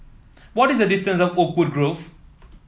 what is the distance to Oakwood Grove